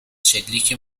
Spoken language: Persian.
شلیک